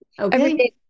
okay